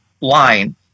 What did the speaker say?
line